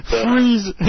freeze